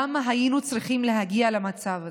למה היינו צריכים להגיע למצב הזה?